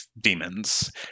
demons